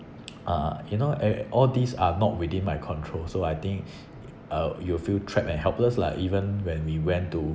uh you know and all these are not within my control so I think uh you will feel trapped and helpless lah like even when we went to